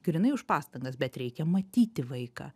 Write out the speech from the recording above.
grynai už pastangas bet reikia matyti vaiką